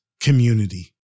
community